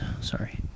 Sorry